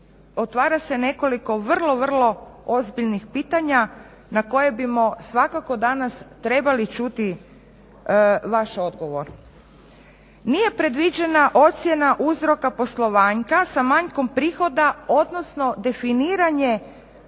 otvara se nekoliko vrlo, vrlo ozbiljnih pitanja na koje bismo svakako danas trebali čuti vaš odgovor. Nije predviđena ocjena uzroka poslovanja sa manjkom prihoda odnosno definiranje